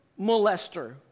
molester